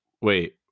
wait